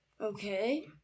Okay